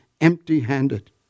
empty-handed